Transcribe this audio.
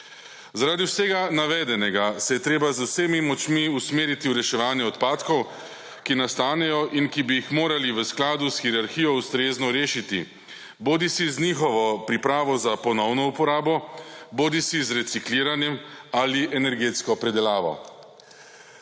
Zaradi vsega navedenega se je treba z vsemi močmi usmeriti v reševanje odpadkov, ki nastanejo in ki bi jih morali v skladu s hierarhijo ustrezno rešiti bodisi z njihovo pripravo za ponovno uporabo, bodisi z recikliranjem ali energetsko predelavo.